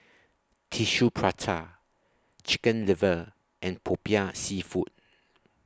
Tissue Prata Chicken Liver and Popiah Seafood